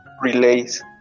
relays